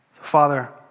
Father